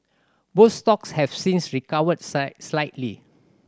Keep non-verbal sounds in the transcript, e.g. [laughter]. both stocks have since recovered [unintelligible] slightly